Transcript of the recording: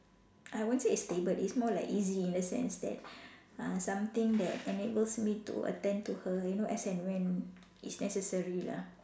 I won't say it's stable it's more like easy in the sense that uh something that enables me to attend to her you know as and when it's necessary lah